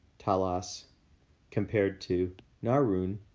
talas compared to naryn,